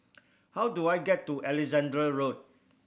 how do I get to Alexandra Road